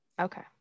Okay